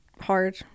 hard